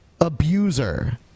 abuser